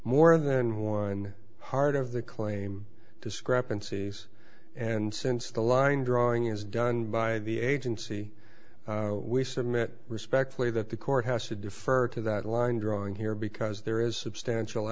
more than one heart of the claim discrepancies and since the line drawing is done by the agency we submit respectfully that the court has to defer to that line drawing here because there is substantial